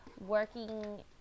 working